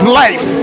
life